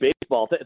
Baseball